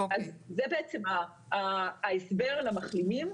זה בעצם ההסבר למחלימים.